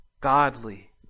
godly